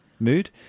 mood